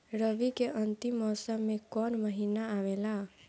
रवी के अंतिम मौसम में कौन महीना आवेला?